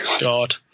God